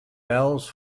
bells